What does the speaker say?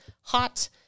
hot